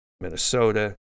Minnesota